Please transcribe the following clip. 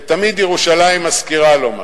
ותמיד ירושלים מזכירה לו משהו,